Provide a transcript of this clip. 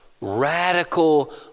radical